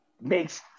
makes